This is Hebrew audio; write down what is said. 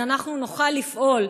אנחנו נוכל לפעול,